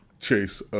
chase